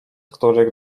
których